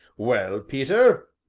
well, peter?